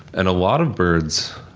and a lot of birds